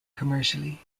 commercially